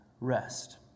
rest